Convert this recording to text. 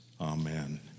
Amen